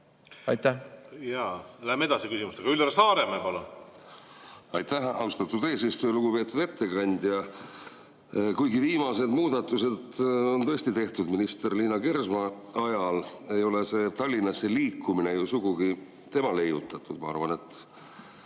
palun! Jaa. Läheme küsimustega edasi. Üllar Saaremäe, palun! Aitäh, austatud eesistuja! Lugupeetud ettekandja! Kuigi viimased muudatused on tõesti tehtud minister Liina Kersna ajal, ei ole see Tallinnasse liikumine ju sugugi tema leiutatud. Ma arvan, et